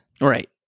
Right